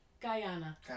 Guyana